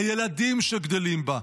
הילדים שגדלים בה.